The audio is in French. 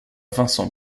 vincent